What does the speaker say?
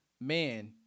man